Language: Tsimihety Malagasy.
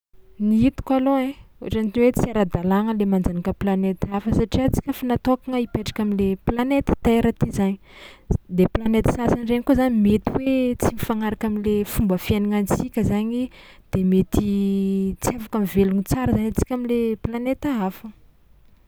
Ny hitako alôha ai ohatran'ny hoe tsy ara-dalàgna le manjanaka planeta hafa satria antsika efa natôkagna hipetraka am'le planety Terre ty zany, le planety sasany regny koa zany mety hoe tsy mifagnaraka am'le fomba fiaignanantsika zagny de mety tsy afaka mivelogno tsara zany antsika am'le planeta hafa.